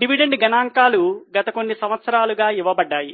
dividend గణాంకాలు గత కొన్ని సంవత్సరాలుగా ఇవ్వబడ్డాయి